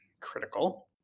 critical